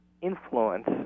influence